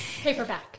paperback